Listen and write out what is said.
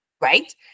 right